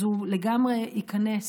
אז הוא לגמרי ייכנס